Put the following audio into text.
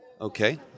Okay